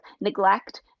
Neglect